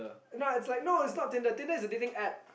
no it's not Tinder is like a dating App